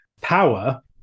power